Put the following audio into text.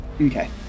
okay